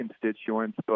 constituents